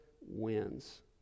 wins